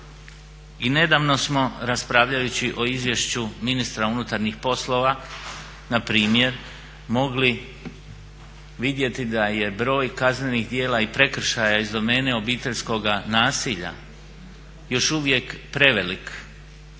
I nedavno smo raspravljajući o izvješću ministra unutarnjih poslova na primjer mogli vidjeti da je broj kaznenih djela i prekršaja iz domene obiteljskoga nasilja još uvijek prevelik